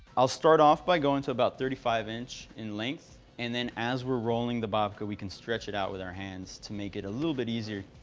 i'll start off by going to about thirty five inch in length, and then as we're rolling the babka, we can stretch it out with our hands to make it a little bit easier.